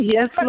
Yes